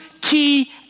key